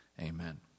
Amen